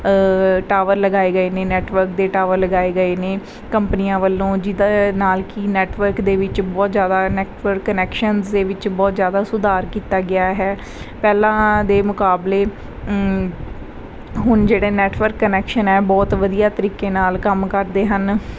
tower ਲਗਾਏ ਗਏ ਨੇ ਨੈਟਵਰਕ ਦੇ ਟਾਵਰ ਲਗਾਏ ਗਏ ਨੇ ਕੰਪਨੀਆਂ ਵੱਲੋਂ ਜਿਹਦੇ ਨਾਲ ਕਿ ਨੈਟਵਰਕ ਦੇ ਵਿੱਚ ਬਹੁਤ ਜ਼ਿਆਦਾ ਨੈਟਵਰਕ ਕਨੈਕਸ਼ਨ ਦੇ ਵਿੱਚ ਬਹੁਤ ਜ਼ਿਆਦਾ ਸੁਧਾਰ ਕੀਤਾ ਗਿਆ ਹੈ ਪਹਿਲਾਂ ਦੇ ਮੁਕਾਬਲੇ ਹੁਣ ਜਿਹੜੇ ਨੈਟਵਰਕ ਕਨੈਕਸ਼ਨ ਹੈ ਬਹੁਤ ਵਧੀਆ ਤਰੀਕੇ ਨਾਲ ਕੰਮ ਕਰਦੇ ਹਨ